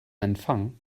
empfang